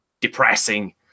depressing